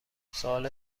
سوال